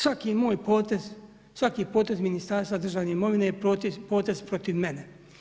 Svaki moj potez, svaki potez Ministarstva državne imovine, je potez protiv mene.